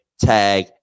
tag